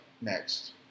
next